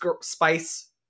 Spice